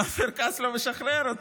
אופיר כץ לא משחרר אותו,